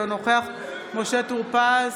אינו נוכח משה טור פז,